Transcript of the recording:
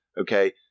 okay